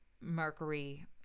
Mercury